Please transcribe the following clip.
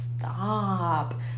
stop